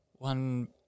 One